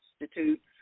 Institute